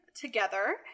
together